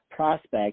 Prospect